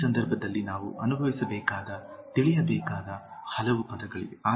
ಈ ಸಂದರ್ಭದಲ್ಲಿ ನಾವು ಅನುಭವಿಸಬೇಕಾದ ತಿಳಿಯಬೇಕಾದ ಹಲವು ಪದಗಳಿವೆ